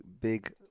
big